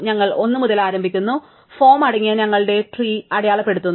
ഞങ്ങൾ 1 മുതൽ ആരംഭിക്കുന്നു ഫോം അടങ്ങിയ ഞങ്ങളുടെ ട്രീഞങ്ങൾ അടയാളപ്പെടുത്തുന്നു